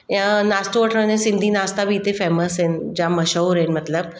या नाश्तो वठण में सिंधी नाश्ता बि हिते फैमस आहिनि जाम मशहूरु आहिनि मतिलबु